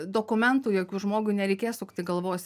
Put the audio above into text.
dokumentų jokių žmogui nereikės sukti galvos